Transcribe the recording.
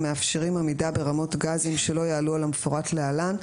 המאפשרים עמידה ברמות גזים שלא יעלו על המפורט להלן,